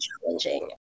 challenging